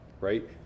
right